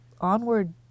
Onward